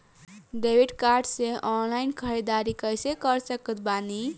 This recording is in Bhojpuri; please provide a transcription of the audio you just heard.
डेबिट कार्ड से ऑनलाइन ख़रीदारी कैसे कर सकत बानी?